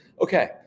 Okay